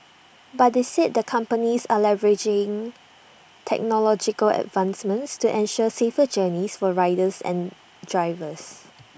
but they said the companies are leveraging technological advancements to ensure safer journeys for riders and drivers